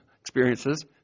experiences